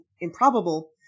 improbable